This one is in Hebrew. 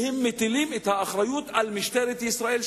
והם מטילים את האחריות על משטרת ישראל,